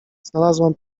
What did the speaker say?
znalazłam